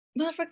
motherfucker